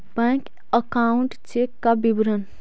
Bank account check का विवरण?